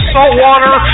Saltwater